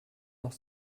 noch